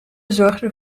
zorgde